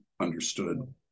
understood